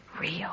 real